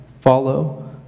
follow